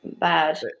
bad